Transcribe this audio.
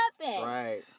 Right